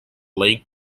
lake